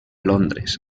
londres